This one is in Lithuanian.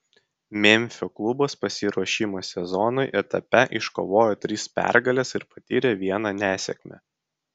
memfio klubas pasiruošimo sezonui etape iškovojo tris pergales ir patyrė vieną nesėkmę